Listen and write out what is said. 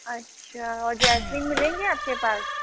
अच्छा और जैस्मिन मिलेंगे आपके पास